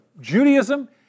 Judaism